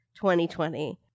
2020